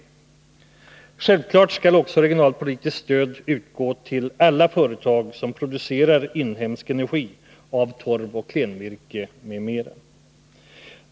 Självfallet skall också regionalpolitiskt stöd utgå till alla företag som producerar inhemsk energi av torv och klenvirke m.m.